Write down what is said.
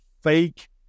fake